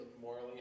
morally